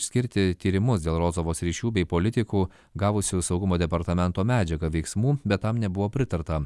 išskirti tyrimus dėl rozovos ryšių bei politikų gavusių saugumo departamento medžiagą veiksmų bet tam nebuvo pritarta